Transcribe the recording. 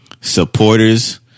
supporters